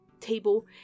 table